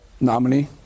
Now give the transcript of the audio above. nominee